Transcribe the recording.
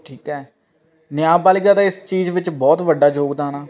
ਠੀਕ ਹੈ ਨਿਆਂਪਾਲਕਾ ਦਾ ਇਸ ਚੀਜ਼ ਵਿੱਚ ਬਹੁਤ ਵੱਡਾ ਯੋਗਦਾਨ ਆ